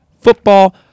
Football